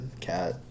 Cat